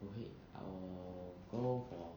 我会 I will go for